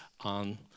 on